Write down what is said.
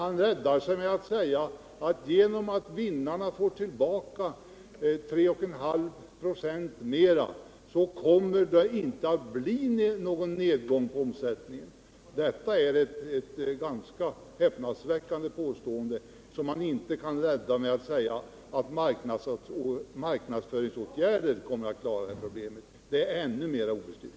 Han försöker klara sig med att säga att om vinnarna får tillbaka 3,5 96 mera så kommer det inte att bli någon nedgång i omsättningen. Det är ett ganska häpnadsväckande påstående. Och man kan inte rädda sig med att säga att marknadsföringsåtgärder kommer att lösa problemet. Det är ännu mera obestyrkt.